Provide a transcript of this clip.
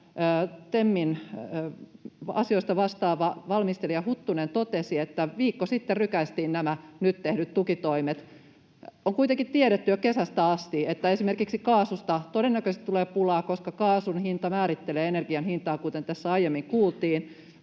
TEMin asioista vastaava valmistelija Huttunen totesi, että viikko sitten rykäistiin nämä nyt tehdyt tukitoimet. On kuitenkin tiedetty jo kesästä asti, että esimerkiksi kaasusta todennäköisesti tulee pulaa, koska kaasun hinta määrittelee energian hintaa, kuten tässä aiemmin kuultiin.